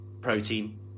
protein